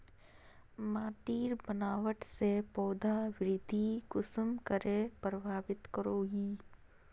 माटिर बनावट से पौधा वृद्धि कुसम करे प्रभावित करो हो?